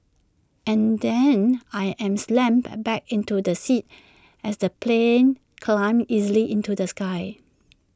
and then I am slammed by back into the seat as the plane climbs easily into the sky